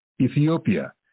ethiopia